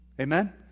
Amen